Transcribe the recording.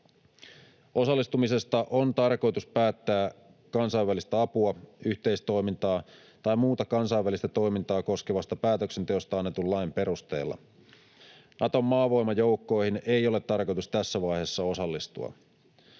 Osallistumisesta on tarkoitus päättää kansainvälistä apua, yhteistoimintaa tai muuta kansainvälistä toimintaa koskevasta päätöksenteosta annetun lain perusteella. Naton maavoimajoukkoihin ei ole tarkoitus tässä vaiheessa osallistua.